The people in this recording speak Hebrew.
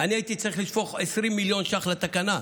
הייתי צריך לשפוך 20 מיליון שקלים לתקנה.